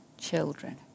children